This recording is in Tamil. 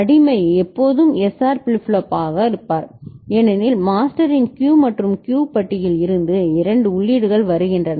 அடிமை எப்போதும் SR ஃபிளிப் ஃப்ளாப்பாக இருப்பார் ஏனெனில் மாஸ்டரின் Q மற்றும் Q பட்டியில் இருந்து இரண்டு உள்ளீடுகள் வருகின்றன